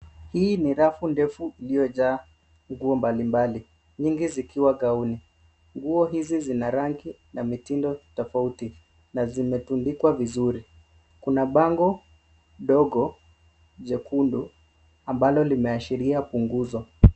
Hii ni rafu ndefu iliyo jaa nguo mbali mbali nyingi zikiwa gauni. Nguo hizi zina rangi na mitindo tofauti na zimetundikwa vizuri kuna bango ndogo jekundu ambalo limeashiria punguzo.